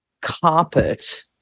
carpet